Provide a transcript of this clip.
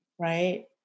right